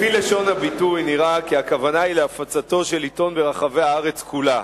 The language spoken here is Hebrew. לפי לשון הביטוי נראה שהכוונה היא להפצתו של עיתון ברחבי הארץ כולה,